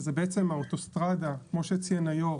שזה בעצם האוטוסטרדה כמו שציין היו"ר,